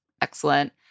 excellent